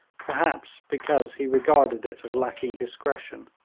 perhaps because he regarded it as lacking discretion.